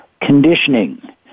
Conditioning